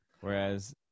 Whereas